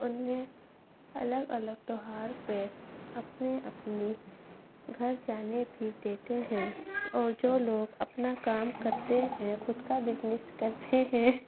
ان میں الگ الگ تہوار پہ اپنے اپنی گھر جانے بھی دیتے ہیں اور جو لوگ اپنا کام کرتے ہیں خود کا بزنس کرتے ہیں